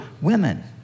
women